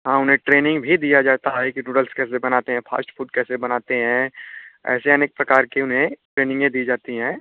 हाँ उन्हें ट्रेनिंग भी दिया जाता है कि नूडल्स कैसे बनाते हैं फास्ट फूड कैसे बनाते हैं ऐसे अनेक प्रकार की उन्हें ट्रेनिंगें दी जाती हैं